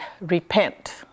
repent